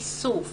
איסוף